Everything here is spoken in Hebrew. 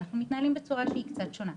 אנחנו מתנהלים בצורה שהיא קצת שונה.